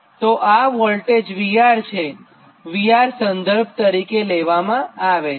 તો આ voltage VR છે VR સંદર્ભ તરીકે લેવામાં આવે છે